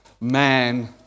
man